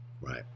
Right